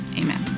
Amen